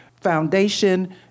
foundation